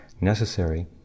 necessary